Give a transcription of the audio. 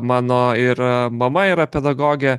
mano ir mama yra pedagogė